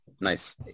nice